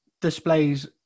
displays